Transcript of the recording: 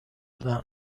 حتما